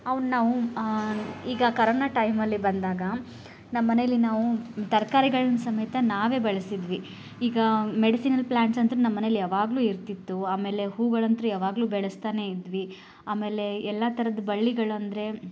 ಅವನ್ನು ನಾವು ಈಗ ಕರೋನ ಟೈಮಲ್ಲಿ ಬಂದಾಗ ನಮ್ಮನೆಲಿ ನಾವು ತರ್ಕಾರಿಗಳ್ನ ಸಮೇತ ನಾವೇ ಬೆಳೆಸಿದ್ವಿ ಈಗ ಮೆಡಿಸಿನಲ್ ಪ್ಲಾಂಟ್ಸ್ ಅಂತೂ ನಮ್ಮನೇಲಿ ಯಾವಾಗಲೂ ಇರ್ತಿತ್ತು ಆಮೇಲೆ ಹೂಗಳಂತೂ ಯಾವಾಗಲೂ ಬೆಳೆಸ್ತಾನೆ ಇದ್ವಿ ಆಮೇಲೆ ಎಲ್ಲ ಥರದ ಬಳ್ಳಿಗಳೆಂದ್ರೆ